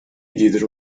diedero